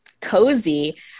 Cozy